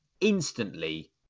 instantly